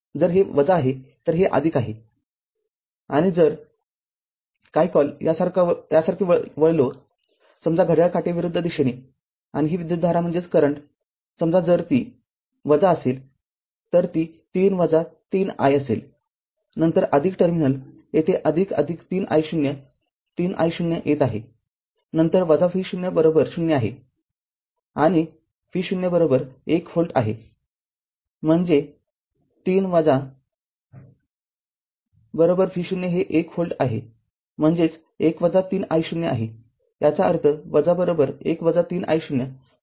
आणि जर काय कॉल यासारखे वळलो समजा घड्याळकाटेविरुद्ध दिशेने आणिही विद्युतधारा समजा जर ती असेल तर ती ३ ती ३ i असेल नंतर टर्मिनल येथे ३ i0३ i0 येत आहेनंतर V0० आहे आणि V0१ व्होल्ट आहे म्हणजेच३ V0 हे १ व्होल्ट आहे म्हणजेच १ ३ i0आहेयाचा अर्थ १ ३ i0 भागिले ३ आहे